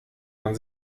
man